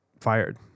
fired